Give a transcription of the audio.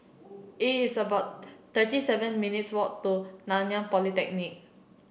it's about thirty seven minutes' walk to Nanyang Polytechnic